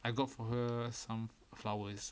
I got for her some flowers